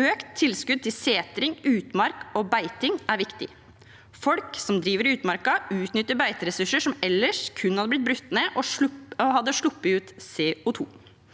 Økt tilskudd til setring, utmark og beiting er viktig. Folk som driver i utmarken, utnytter beiteressurser som ellers kun hadde blitt brutt ned og sluppet ut CO2.